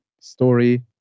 story